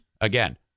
again